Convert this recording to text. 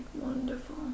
wonderful